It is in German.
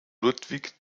ludwig